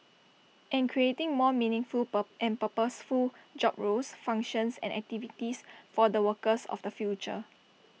and creating more meaningful and purposeful job roles functions and activities for the workers of the future